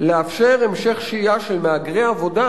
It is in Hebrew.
לאפשר המשך שהייה של מהגרי עבודה,